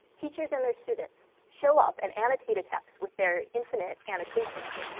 teachers, and their students show up and annotate a text with their infinite annotations?